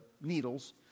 needles